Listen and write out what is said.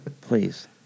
Please